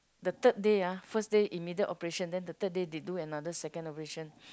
the third day ah first day immediate operation then the third day they do another second operation